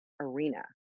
arena